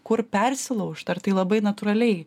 kur persilaužt ar tai labai natūraliai